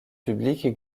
publiques